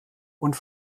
und